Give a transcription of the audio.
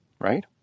right